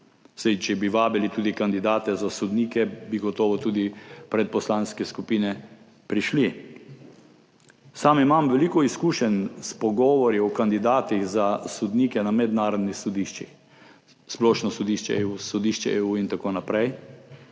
Saj če bi vabili tudi kandidate za sodnike, bi gotovo tudi pred poslanske skupine prišli. Sam imam veliko izkušenj s pogovori o kandidatih za sodnike na mednarodnih sodiščih, Splošno sodišče, Sodišče EU in tako naprej.